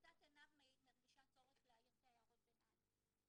עמותת 'ענב' מרגישה צורך להעיר את הערות הביניים.